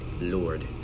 Lord